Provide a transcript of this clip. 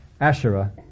Asherah